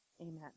Amen